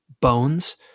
bones